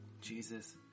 Jesus